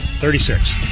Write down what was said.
Thirty-six